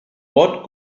what